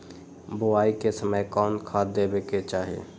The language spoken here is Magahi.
बोआई के समय कौन खाद देवे के चाही?